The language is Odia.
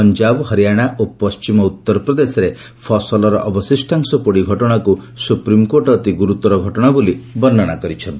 ପଞ୍ଜାବ ହରିଆଣା ଓ ପଣ୍ଟିମ ଉତ୍ତରପ୍ରଦେଶରେ ଫସଲର ଅବଶିଷ୍ଟାଂଶ ପୋଡ଼ି ଘଟଣାକୁ ସୁପ୍ରିମ୍କୋର୍ଟ ଅତି ଗୁରୁତର ଘଟଣା ବୋଲି ବର୍ଣ୍ଣନା କରିଛନ୍ତି